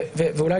גלעד,